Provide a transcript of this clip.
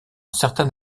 certain